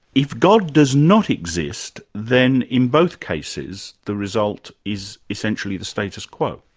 if god does not exist, then in both cases the result is essentially the status quo.